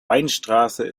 weinstraße